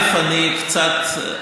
אני קצת,